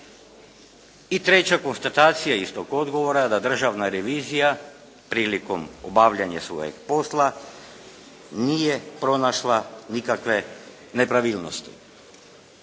I treća konstatacija istog odgovora, da Državna revizija prilikom obavljanja svojeg posla nije pronašla nikakve nepravilnosti.